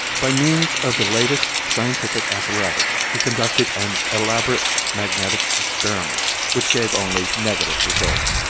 by means of the latest scientific apparatus he conducted an elaborate magnetic experiment which gave only negative results.